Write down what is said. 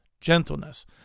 gentleness